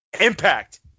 Impact